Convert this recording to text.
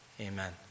amen